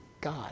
God